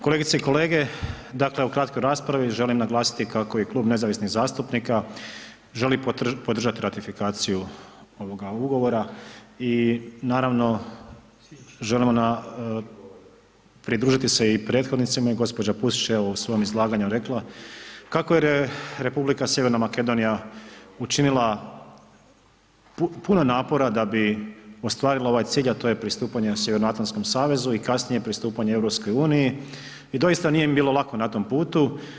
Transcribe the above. Kolegice i kolege dakle o kratkoj raspravi, želim naglasiti kako je Klub nezavisnih zastupnika želi podržati ratifikaciju ovoga ugovora i naravno želimo pridružiti se i prethodnicima, gđa. Pusić je u svom izlaganju rekla, kako je Republika Sjeverna Makedonija, učinila puno napora da bi ostvarila ovaj cilj, a to je pristupanje Sjevernoatlantskom savezu i kasnije pristupanje EU i doista nije im bilo lako na tom putu.